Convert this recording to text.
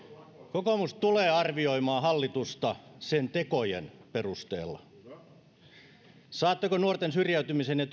kokoomus tulee arvioimaan hallitusta sen tekojen perusteella saatteko nuorten syrjäytymisen ja